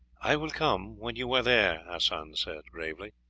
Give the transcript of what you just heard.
i will come when you are there, hassan said gravely.